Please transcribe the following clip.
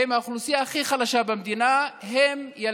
הם האוכלוסייה הכי חלשה במדינה,